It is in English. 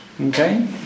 Okay